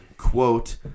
Quote